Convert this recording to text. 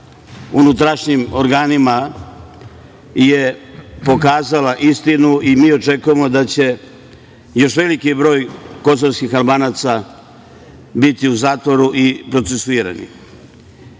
unutrašnjim organima je pokazala istinu i mi očekujemo da će još veliki broj kosovskih Albanaca biti u zatvoru i procesuirani. Vi